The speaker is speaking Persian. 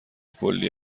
کلی